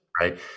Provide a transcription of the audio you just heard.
right